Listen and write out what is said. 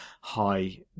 high